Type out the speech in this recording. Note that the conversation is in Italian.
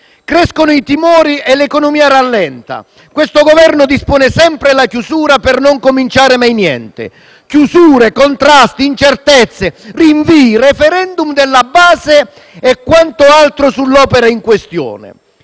Crescono i timori e l'economia rallenta. Il Governo dispone sempre la chiusura, per non cominciare mai niente. Chiusure, contrasti, incertezze, rinvii, *referendum* della base e quant'altro sull'opera in questione: